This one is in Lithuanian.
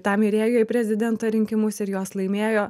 tam ir ėjo į prezidento rinkimus ir juos laimėjo